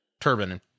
turbine